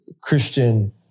Christian